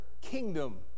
kingdom